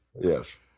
Yes